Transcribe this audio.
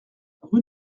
rue